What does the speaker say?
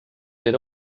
era